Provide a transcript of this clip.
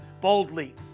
boldly